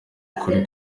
ukuri